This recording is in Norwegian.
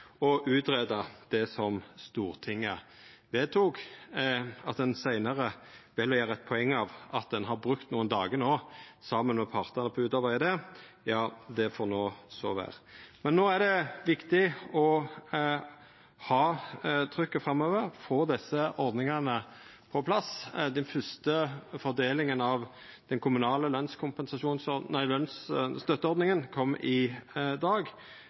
det som Stortinget vedtok. At ein seinare vel å gjera eit poeng av at ein no har brukt nokre dagar saman med partane på å utarbeida det, får så vera. Men no er det viktig å ha trykket oppe framover og få desse ordningane på plass. Den fyrste fordelinga av den kommunale lønsstøtteordninga kom i dag,